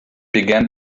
began